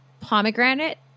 pomegranate